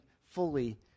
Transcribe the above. fully